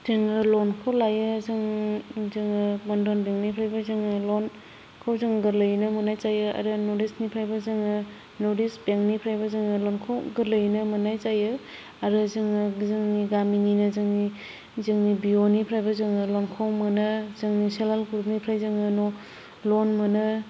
जोङो ल'नखौ लायो जों जोङो बन्धन बेंकनिफ्रायबो जोङो ल'नखौ जों गोरलैयैनो मोननाय जायो आरो नर्थ इस्टनिफ्रायबो जोङो नर्थ इस्ट बेंकनिफ्रायबो जोङो ल'नखौ गोरलैयैनो मोननाय जायो आरो जोङो जोंनि गामिनिनो जोंनि बि अनिफ्रायबो जोङो ल'नखौ मोनो जोंनि सेल्फ हेल्प ग्रुपनिफ्राय जोङो ल'न मोनो